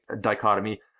dichotomy